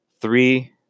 Three